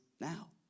now